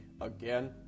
again